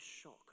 shock